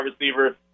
receiver